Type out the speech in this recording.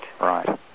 Right